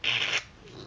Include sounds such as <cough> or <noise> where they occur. <noise>